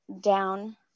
down